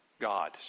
God